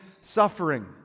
suffering